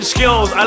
Skills